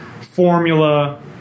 formula